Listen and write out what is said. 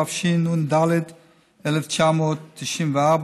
התשנ"ד 1994,